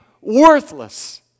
worthless